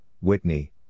Whitney